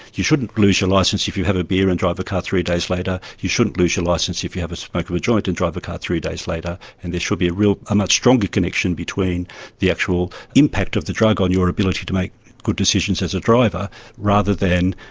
you shouldn't lose your licence if you have a beer and drive a car three days later, you shouldn't lose your licence if you have a smoke of a joint and drive a car three days later. and there should be a much stronger connection between the actual impact of the drug on your ability to make good decisions as a driver rather than,